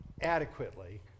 adequately